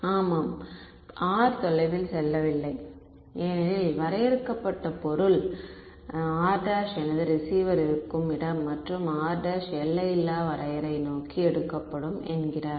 ஆமாம் r தொலைவில் செல்லவில்லை ஏனெனில் வரையறுக்கப்பட்ட பொருள் r′ எனது ரிசீவர் இருக்கும் இடம் மற்றும் r′ எல்லையில்லா வரையறை நோக்கி எடுக்க வேண்டும் என்கின்றார்